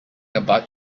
about